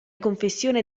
confessione